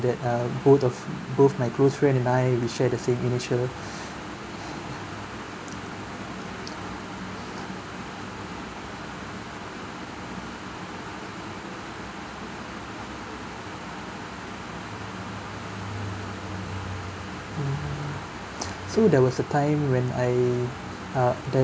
that uh both of both my close friend and I we share the same initial mm so there was a time when I uh there's